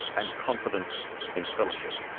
and confidence in scholarship.